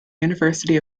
university